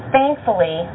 Thankfully